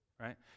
right